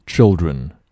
Children